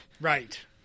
Right